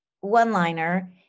one-liner